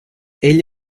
egli